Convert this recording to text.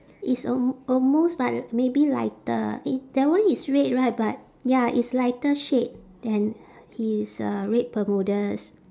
it's al~ almost but l~ maybe lighter eh that one is red right but ya it's lighter shade than his uh red bermudas